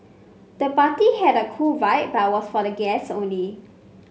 the party had a cool vibe but was for the guests only